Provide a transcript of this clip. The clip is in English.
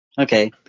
Okay